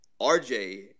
RJ